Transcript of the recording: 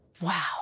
Wow